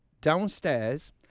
downstairs